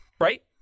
Right